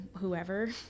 whoever